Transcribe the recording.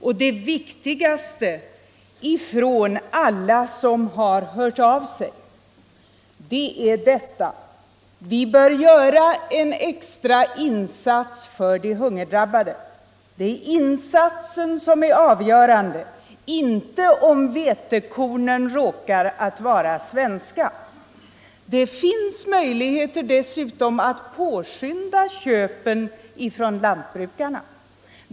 Och det viktigaste enligt alla som har hört av sig är detta: Vi bör göra en extra insats för de hungerdrabbade. Det är insatsen som är avgörande, inte om vetekornen råkar vara svenska. Det finns dessutom möjligheter att påskynda köpen från lantbrukarna.